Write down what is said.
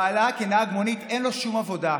בעלה, נהג מונית, אין לו שום עבודה.